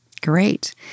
Great